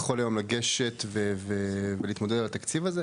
יכול היום לגשת להתמודד על התקציב הזה?